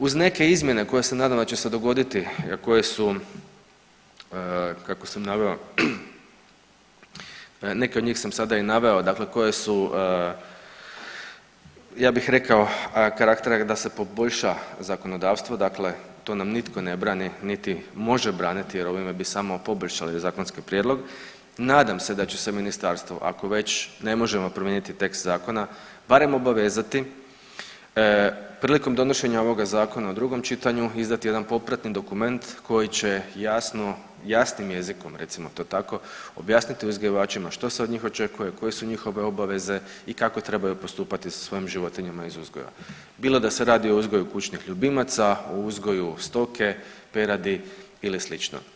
Uz neke izmjene koje se nadam da će se dogoditi, koje su, kako sam naveo, neke od njih sam sada i naveo, dakle koje su, ja bih rekao, karaktera da se poboljša zakonodavstvo, dakle to nam nitko ne brani niti može braniti jer ovime bi samo poboljšali zakonski prijedlog, nadam se da će se Ministarstvo, ako već ne možemo promijeniti tekst Zakona, barem obavezati prilikom donošenja ovoga Zakona u drugom čitanju, izdati jedan popratni dokument koji će jasno, jasnim jezikom, recimo to tako, objasniti uzgajivačima što se od njih očekuje, koje su njihove obaveze i kako trebaju postupati sa svojim životinjama iz uzgoja, bilo da se radi o uzgoju kućnih ljubimaca, o uzgoju stoke, peradi ili slično.